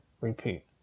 repeat